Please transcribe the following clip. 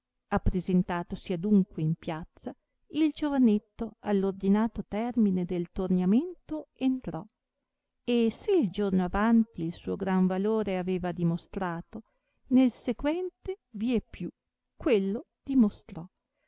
essequito appresentatosi adunque in piazza il giovanetto all ordinato termine del torniamento entrò e se il giorno avanti il suo gran valore aveva dimostrato nel sequente vie più quello dimostrò